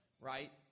right